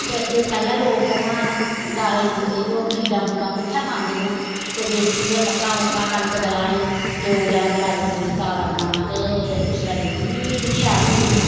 ते एह् पैह्लें लोग उआं दाले दूले इ'यो फीडां फूडां कु'त्थें पांदे हे ते देसी गै मक्कां मुक्कां कनक दलानी जौ जा दलाइयै दाला बनाना ते उसलै दुद्ध बी शैल होंदे हे